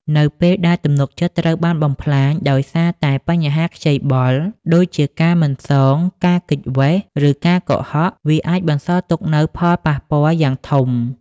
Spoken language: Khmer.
នៅពេលដែលទំនុកចិត្តត្រូវបានបំផ្លាញដោយសារតែបញ្ហាខ្ចីបុល (ដូចជាការមិនសង ការគេចវេះ ឬការកុហក) វាអាចបន្សល់ទុកនូវផលប៉ះពាល់យ៉ាងធំ។